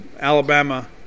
Alabama